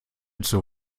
zur